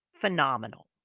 phenomenal